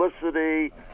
publicity